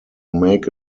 make